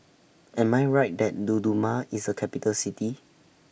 Am I Right that Dodoma IS A Capital City